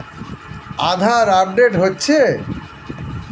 আধার update হচ্ছে?